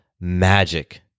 magic